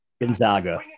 Gonzaga